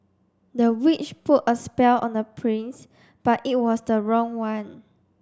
the witch put a spell on the prince but it was the wrong one